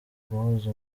guhuza